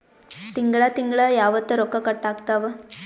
ತಿಂಗಳ ತಿಂಗ್ಳ ಯಾವತ್ತ ರೊಕ್ಕ ಕಟ್ ಆಗ್ತಾವ?